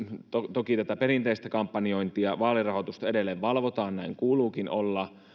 toki tätä perinteistä kampanjointia vaalirahoitusta edelleen valvotaan näin kuuluukin olla